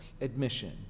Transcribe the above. admission